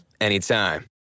anytime